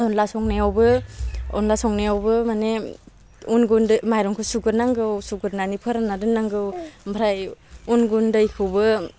अनला संनायावबो अनला संनायावबो माने उन गुन्दै माइरंखो सुगोरनांगौ सुगोरनानै फोरान्ना दोन्नांगौ ओमफ्राय उन गुन्दैखौबो